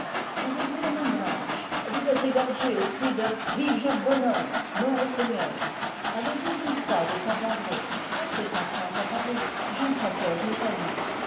avez-vous les mains blanches vous êtes égorgé aux cris de vive jacques bonhomme mort aux seigneurs avez-vous une croix de saint-andré entrez sans crainte à paris jean sans peur y règne